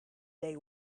day